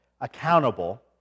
accountable